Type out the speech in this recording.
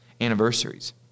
anniversaries